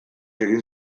egin